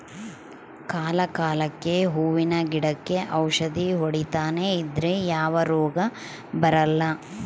ಕಾಲ ಕಾಲಕ್ಕೆಹೂವಿನ ಗಿಡಕ್ಕೆ ಔಷಧಿ ಹೊಡಿತನೆ ಇದ್ರೆ ಯಾವ ರೋಗ ಬರಲ್ಲ